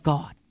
God